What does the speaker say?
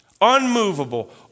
unmovable